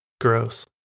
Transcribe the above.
Gross